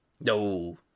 No